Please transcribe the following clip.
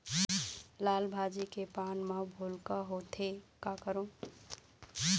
लाल भाजी के पान म भूलका होवथे, का करों?